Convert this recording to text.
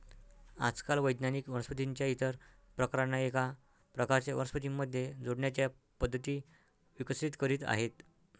आजकाल वैज्ञानिक वनस्पतीं च्या इतर प्रकारांना एका प्रकारच्या वनस्पतीं मध्ये जोडण्याच्या पद्धती विकसित करीत आहेत